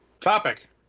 Topic